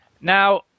Now